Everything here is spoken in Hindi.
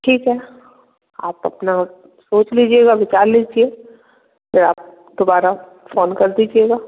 ठीक है आप अपना सोच लिजीएगा विचार कर लीजिए फिर आप दोबारा फ़ोन कर दीजिएगा